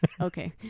okay